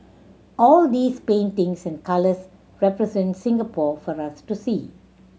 all these paintings and colours represent Singapore for us to see